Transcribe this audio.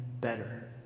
better